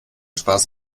spaß